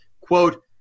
quote